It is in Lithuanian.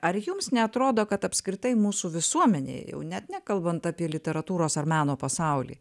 ar jums neatrodo kad apskritai mūsų visuomenėj jau net nekalbant apie literatūros ar meno pasaulį